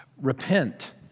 Repent